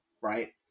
right